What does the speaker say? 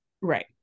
Right